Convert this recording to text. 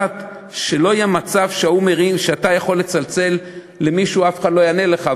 שלא יהיה מצב שאתה יכול לצלצל למישהו ואף אחד לא יענה לך,